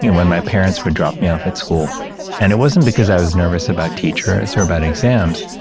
you know when my parents would drop me off at school and it wasn't because i was nervous about teachers or about exams,